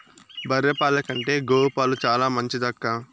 బర్రె పాల కంటే గోవు పాలు చాలా మంచిదక్కా